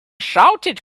shouted